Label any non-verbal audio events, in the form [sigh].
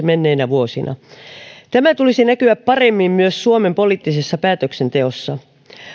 [unintelligible] menneinä vuosina tämän tulisi näkyä paremmin myös suomen poliittisessa päätöksenteossa